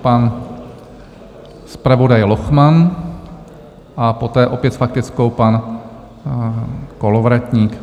Pan zpravodaj Lochman a poté opět s faktickou pan Kolovratník.